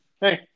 Hey